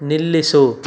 ನಿಲ್ಲಿಸು